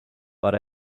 but